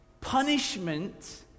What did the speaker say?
Punishment